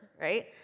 right